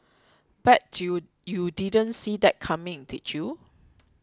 bet you you didn't see that coming did you